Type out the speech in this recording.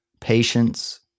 patience